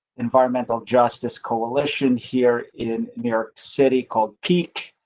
environmental justice coalition here in new york city called peak.